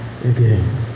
again